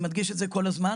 אני מדגיש את זה כל הזמן,